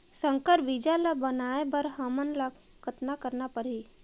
संकर बीजा ल बनाय बर हमन ल कतना करना परही?